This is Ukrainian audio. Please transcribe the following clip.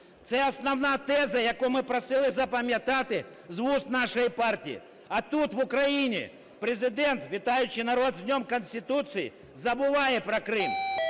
Це основна теза, яку ми просили запам'ятати з вуст нашої партії. А тут, в Україні, Президент, вітаючи народ з Днем Конституції, забуває про Крим.